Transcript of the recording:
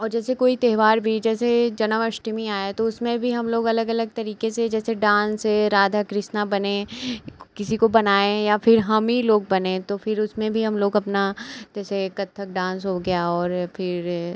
और जैसे कोई त्यौहार भी जैसे जन्माष्टमी आया तो उसमें भी हम लोग अलग अलग तरीक़े से जैसे डांस है राधा कृष्णा बने किसी को बनाएँ या फिर हमीं लोग बनें तो फिर उसमें भी हम लोग अपना जैसे कत्थक डांस हो गया और फिर